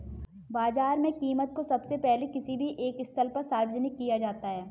बाजार में कीमत को सबसे पहले किसी भी एक स्थल पर सार्वजनिक किया जाता है